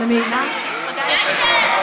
ועדת הפנים.